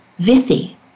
Vithi